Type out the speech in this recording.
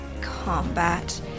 combat